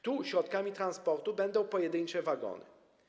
Tu środkami transportu będą pojedyncze wagony.